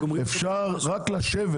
אפשר רק לשבת.